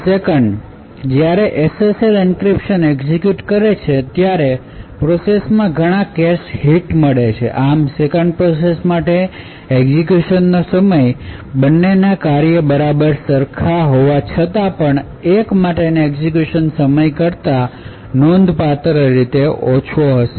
2nd જ્યારે SSL encryption execute કરે ત્યારે પ્રોસેસ માં ઘણા કેશ હિટ મળે છે આમ2nd પ્રોસેસ માટે એક્ઝેક્યુશનનો સમય બંને ના કાર્ય બરાબર સરખા હોવા છતાં 1 માટેના એક્ઝેક્યુશન સમય કરતાં નોંધપાત્ર ઓછો હશે